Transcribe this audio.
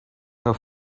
her